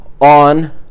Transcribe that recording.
on